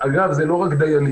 אגב, זה לא רק דיינים.